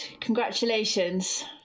Congratulations